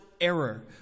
error